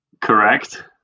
correct